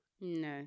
No